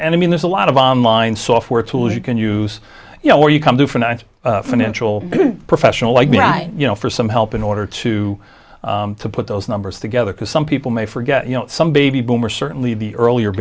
and i mean there's a lot of on line software tools you can use you know where you come to finance a financial professional like me you know for some help in order to put those numbers together because some people may forget you know some baby boomers certainly the earlier